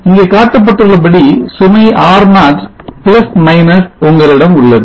இங்கே காட்டப்பட்டுள்ளபடி சுமை R0 உங்களிடம் உள்ளது